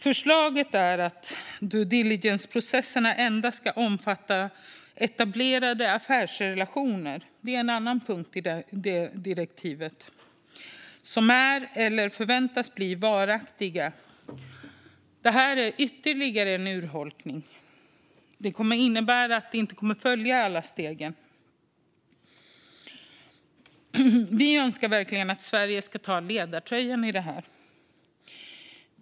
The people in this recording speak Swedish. Förslaget är att due diligence-processerna endast ska omfatta etablerade affärsrelationer - det är en annan punkt i direktivet - som är eller förväntas bli varaktiga. Detta är ytterligare en urholkning som kommer att innebära att det inte kommer att följa i alla stegen. Vi önskar verkligen att Sverige ska ta ledartröjan i detta.